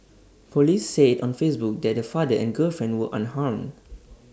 Police said on Facebook that the father and girlfriend were unharmed